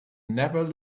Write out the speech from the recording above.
never